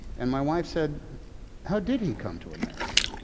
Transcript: and my wife said how did he come to america?